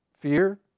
Fear